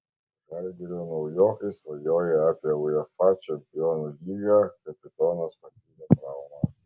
žalgirio naujokai svajoja apie uefa čempionų lygą kapitonas patyrė traumą